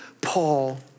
Paul